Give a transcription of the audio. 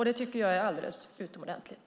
Det tycker jag är alldeles utomordentligt.